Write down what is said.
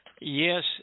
Yes